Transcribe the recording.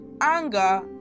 anger